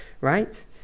right